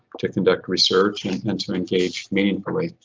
to conduct research and and to engage meaningfully.